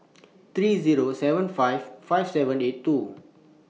three Zero seven five five seven eight two